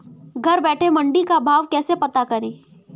घर बैठे मंडी का भाव कैसे पता करें?